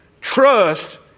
Trust